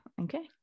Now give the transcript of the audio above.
okay